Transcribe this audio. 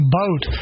boat